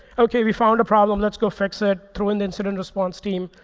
ok, we found a problem. let's go fix it. throw in the incident response team.